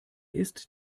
ist